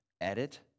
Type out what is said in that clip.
edit